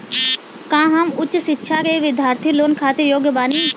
का हम उच्च शिक्षा के बिद्यार्थी लोन खातिर योग्य बानी?